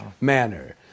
manner